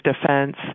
defense